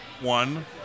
one